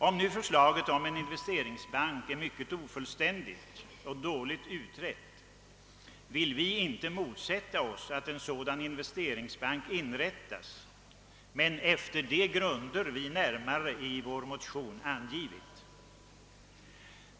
Om nu förslaget om en investeringsbank är mycket ofullständigt och dåligt utrett vill vi inte motsätta oss att en sådan investeringsbank inrättas, men detta bör ske på de grunder vi närmare angivit i vår motion.